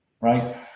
right